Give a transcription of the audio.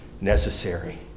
necessary